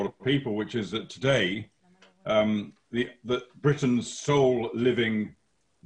כדי להיאבק נגד אנטישמיות אנחנו חייבים שתהיה לנו הגדרה של